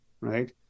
right